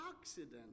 accident